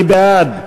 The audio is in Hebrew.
מי בעד?